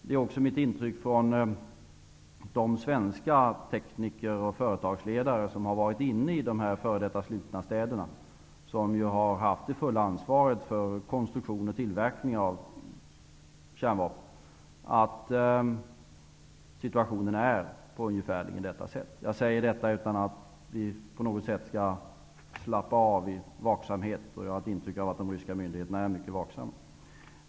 Det är också mitt intryck från de svenska tekniker och företagsledare som har varit i de f.d. slutna städerna, och som ju har haft det fulla ansvaret för konstruktion och tillverkning av kärnvapen, att situationen är ungefärligen sådan. Jag säger detta utan att på något sätt slappa av i vaksamheten. Jag har intrycket att de ryska myndigheterna är vaksamma.